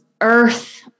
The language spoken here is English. earth